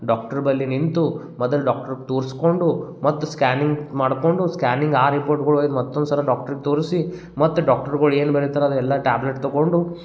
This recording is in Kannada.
ಡಾಕ್ಟ್ರ ಬಳಿ ನಿಂತು ಮೊದಲು ಡಾಕ್ಟ್ರಗೆ ತೋರಿಸ್ಕೊಂಡು ಮತ್ತು ಸ್ಕ್ಯಾನಿಂಗ್ ಮಾಡಿಕೊಂಡು ಸ್ಕ್ಯಾನಿಂಗ್ ಆ ರಿಪೋರ್ಟ್ಗಳು ಒಯ್ದು ಮತ್ತೊಂದು ಸಲ ಡಾಕ್ಟ್ರಿಗೆ ತೋರಿಸಿ ಮತ್ತು ಡಾಕ್ಟ್ರುಗಳು ಏನು ಬರಿತಾರೆ ಅದು ಎಲ್ಲ ಟ್ಯಾಬ್ಲೆಟ್ ತಗೊಂಡು